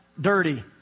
Dirty